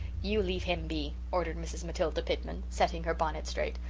you leave him be, ordered mrs. matilda pitman setting her bonnet straight.